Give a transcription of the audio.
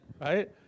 right